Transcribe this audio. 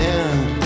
end